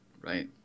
Right